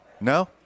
No